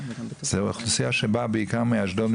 זו אוכלוסייה שבאה בעיקר מאשדוד,